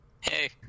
Hey